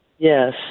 Yes